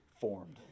formed